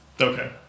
Okay